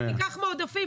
שתיקח מהעודפים,